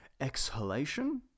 exhalation